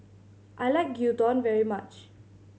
I like Gyudon very much